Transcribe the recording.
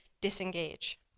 disengage